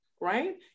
right